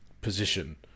position